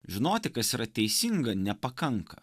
žinoti kas yra teisinga nepakanka